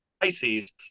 Pisces